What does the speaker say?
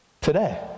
today